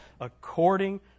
according